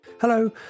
Hello